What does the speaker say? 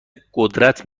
قدرت